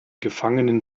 gefangenen